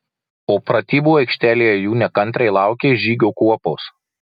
o pratybų aikštelėje jų nekantriai laukė žygio kuopos